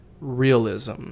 realism